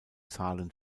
zahlen